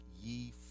ye